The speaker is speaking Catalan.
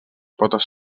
potes